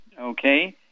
okay